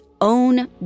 own